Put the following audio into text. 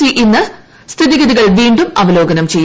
C ഇന്ന് സ്ഥിതിഗതികൾ വീണ്ടും അവലോകനം ചെയ്യും